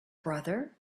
brother